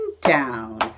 down